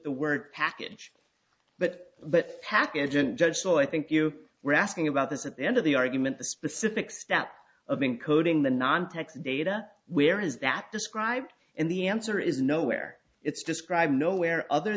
the word package but but package and judge so i think you were asking about this at the end of the argument the specific step of encoding the non tax data where is that described and the answer is nowhere it's described nowhere other